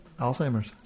Alzheimer's